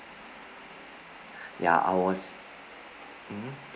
ya I was mmhmm